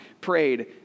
prayed